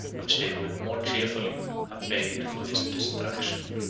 which they would more cheerfully have paid for his destruction.